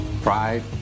pride